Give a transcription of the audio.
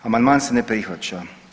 Amandman se ne prihvaća.